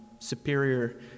superior